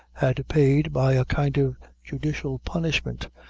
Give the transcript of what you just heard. had paid, by a kind of judicial punishment,